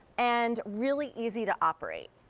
and really easy to operate.